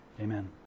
Amen